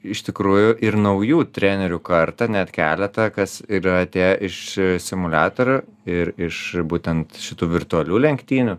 iš tikrųjų ir naujų trenerių kartą net keletą kas yra atėję iš simuliatorių ir iš būtent šitų virtualių lenktynių